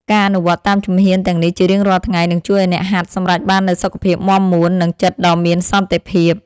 ការអនុវត្តតាមជំហានទាំងនេះជារៀងរាល់ថ្ងៃ នឹងជួយឱ្យអ្នកហាត់សម្រេចបាននូវសុខភាពមាំមួន និងចិត្តដ៏មានសន្តិភាព។